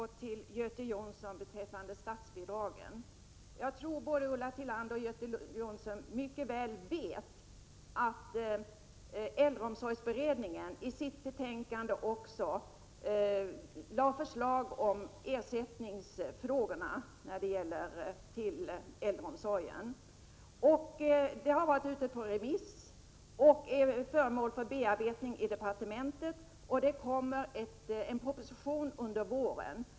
Herr talman! Beträffande statsbidragen: Jag tror att både Ulla Tillander och Göte Jonsson mycket väl vet att äldreomsorgsberedningen i sitt betänkande lade förslag om ersättningen inom äldreomsorgen. Det förslaget har varit ute på remiss och är föremål för bearbetning i departementet. Det kommer en proposition under våren.